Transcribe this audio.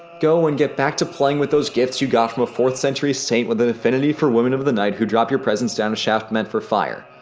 go and get back to playing with those gifts you got from a fourth century saint with an affinity for women of the night who dropped your presents down a shaft meant for fire.